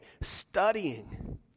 studying